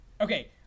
Okay